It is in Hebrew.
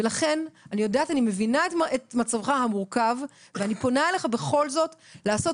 ולכן אני מבינה את מצבך המורכב ואני פונה אליך בכל זאת לעשות